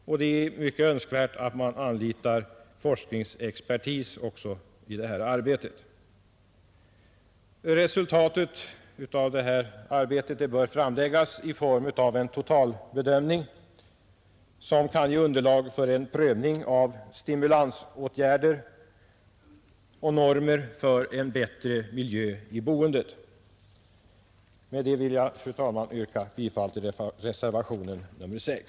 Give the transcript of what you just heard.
Det är vidare i hög grad önskvärt att man anlitar forskningsexpertis också i detta arbete. Resultatet av detta arbete bör framläggas i form av en totalbedömning som kan ge underlag för en prövning av stimulansåtgärder och normer för en bättre miljö i boendet. Med detta, fru talman, vill jag yrka bifall till reservationen 6.